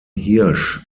hirsch